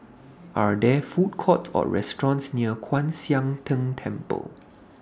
Are There Food Courts Or restaurants near Kwan Siang Tng Temple